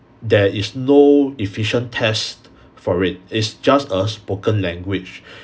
there is no efficient test for it it's just a spoken language